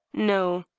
no.